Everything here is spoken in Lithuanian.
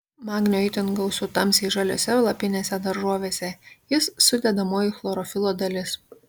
magnio itin gausu tamsiai žaliose lapinėse daržovėse jis sudedamoji chlorofilo dalis